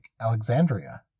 Alexandria